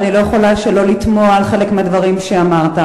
אבל אני לא יכולה שלא לתמוה על חלק מהדברים שאמרת.